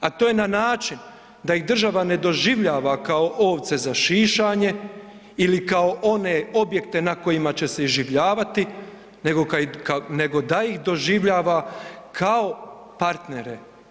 A to je na način da ih država ne doživljava kao ovce za šišanje ili kao one objekte na kojima će se iživljavati nego da ih doživljava kao partnere.